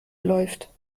läuft